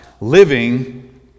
living